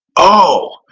oh!